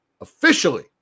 officially